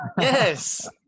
Yes